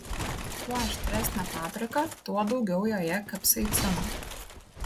kuo aštresnė paprika tuo daugiau joje kapsaicino